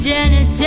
Janet